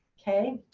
ok?